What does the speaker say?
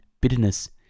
bitterness